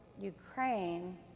Ukraine